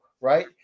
right